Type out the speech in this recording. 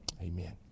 Amen